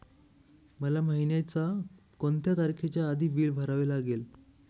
मला महिन्याचा कोणत्या तारखेच्या आधी बिल भरावे लागेल?